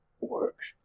works